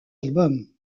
albums